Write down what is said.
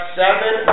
seven